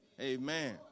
Amen